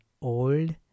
old